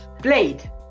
Blade